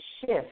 shift